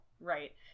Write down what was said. Right